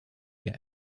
get